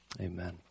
Amen